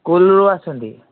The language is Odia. ସ୍କୁଲ ରୁ ଆସିଛନ୍ତି